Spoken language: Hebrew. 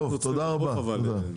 תודה רבה.